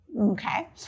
okay